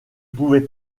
pouvait